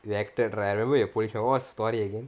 you acted right I remember you were a policeman what story again